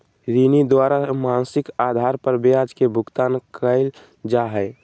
ऋणी द्वारा मासिक आधार पर ब्याज के भुगतान कइल जा हइ